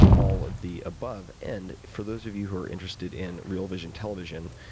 all of the above, and for those of you who are interested in real vision television,